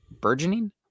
Burgeoning